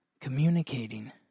communicating